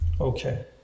Okay